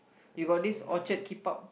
you got this Orchard keep out